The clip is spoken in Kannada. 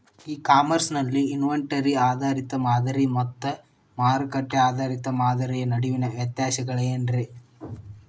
ಇ ಕಾಮರ್ಸ್ ನಲ್ಲಿ ಇನ್ವೆಂಟರಿ ಆಧಾರಿತ ಮಾದರಿ ಮತ್ತ ಮಾರುಕಟ್ಟೆ ಆಧಾರಿತ ಮಾದರಿಯ ನಡುವಿನ ವ್ಯತ್ಯಾಸಗಳೇನ ರೇ?